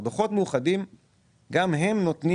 גם דוחות מאוחדים לגבי חברות מניות נותנים